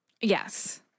Yes